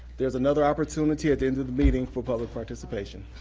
there's another opportunity at the end of the meeting for public participation.